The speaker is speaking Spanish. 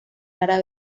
rara